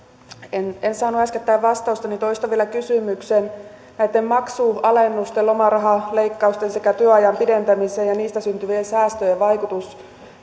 koska en saanut äskettäin vastausta toistan vielä kysymyksen näitten maksualennusten lomarahaleikkausten sekä työajan pidentämisen ja niistä syntyvien säästöjen vaikutus